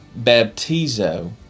baptizo